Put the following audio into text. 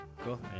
cool